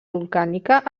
volcànica